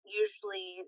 usually